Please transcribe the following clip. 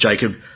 Jacob